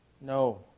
No